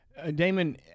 Damon